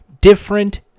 different